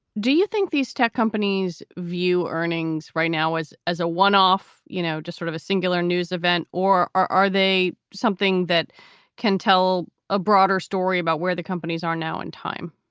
do you think these tech companies view earnings right now as as a one off? you know, sort of a singular news event? or or are they something that can tell a broader story about where the companies are now in time?